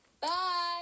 Bye